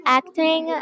acting